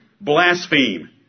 blaspheme